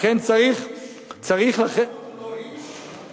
שר החוץ הוא אותו איש?